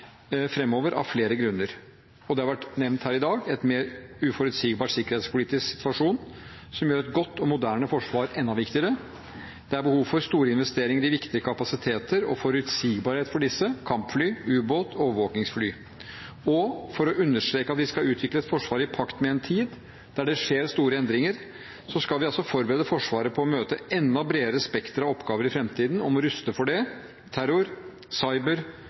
av flere grunner. Det har vært nevnt her i dag: En mer uforutsigbar sikkerhetspolitisk situasjon gjør et godt og moderne forsvar enda viktigere. Det er behov for store investeringer i viktige kapasiteter og forutsigbarhet for disse: kampfly, ubåt, overvåkingsfly. For å understreke at vi skal utvikle et forsvar i pakt med en tid da det skjer store endringer, skal vi forberede Forsvaret på å møte et enda bredere spekter av oppgaver i framtiden og må ruste for det: terror, cyber,